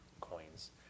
coins